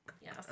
Yes